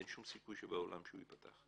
אין שום סיכוי שבעולם שהוא ייפתח,